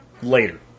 later